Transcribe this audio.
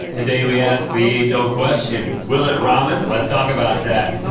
today we ask the age-old question. will it ramen? let's talk about that.